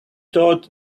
thought